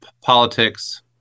politics